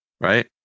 Right